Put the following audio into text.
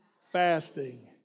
fasting